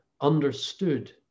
understood